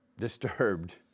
disturbed